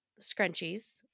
scrunchies